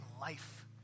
life